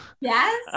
yes